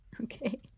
okay